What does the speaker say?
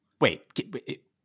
Wait